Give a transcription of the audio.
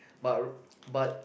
but but